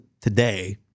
today